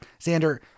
Xander